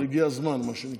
הגיע הזמן, מה שנקרא.